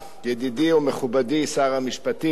ידידי ומכובדי שר המשפטים,